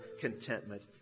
contentment